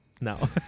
no